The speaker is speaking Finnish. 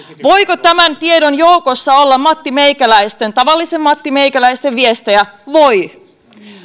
voiko tämän tiedon joukossa olla mattimeikäläisten tavallisten mattimeikäläisten viestejä voi